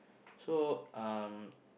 so um